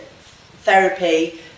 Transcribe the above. therapy